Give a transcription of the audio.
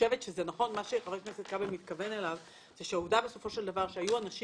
מה שחבר הכנסת כבל מתכוון אליו זה שבעצם העובדה שהיו אנשים